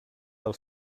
del